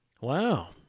Wow